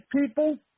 people